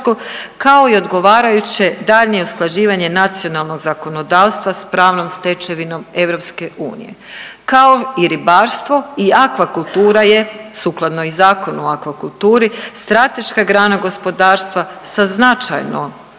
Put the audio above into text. kao i odgovarajuće daljnje usklađivanje nacionalnog zakonodavstva s pravnom stečevinom EU. Kao i ribarstvo i akvakultura je sukladno i Zakonu o akvakulturi strateška grana gospodarstva sa značajnom